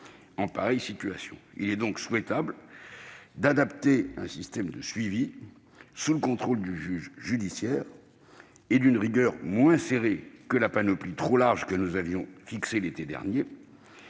en pareille situation. Il est donc souhaitable d'adapter un système de suivi sous le contrôle du juge judiciaire et d'une rigueur moins serrée que la panoplie trop large que nous avions fixée l'été dernier.